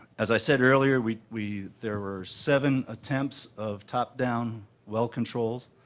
as i said earlier, we we there were seven attempts of top down well controls.